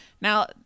Now